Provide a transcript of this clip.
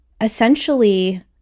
essentially